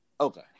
Okay